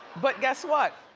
but guess what,